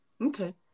Okay